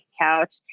couch